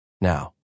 now